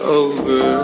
over